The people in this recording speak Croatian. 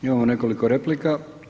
Imamo nekoliko replika.